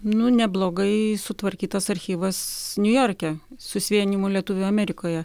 nu neblogai sutvarkytas archyvas niujorke susivienijimo lietuvių amerikoje